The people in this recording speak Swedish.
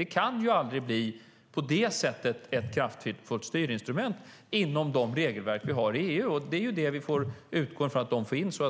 Det kan aldrig bli ett kraftfullt styrinstrument inom de regelverk som vi har inom EU. Vi måste utgå från det regelverk som finns.